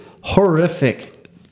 horrific